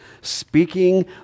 speaking